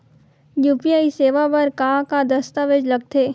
UPI सेवा बर का का दस्तावेज लगथे?